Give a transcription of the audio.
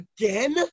again